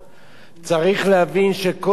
צריך להבין שכל הלינץ',